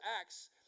Acts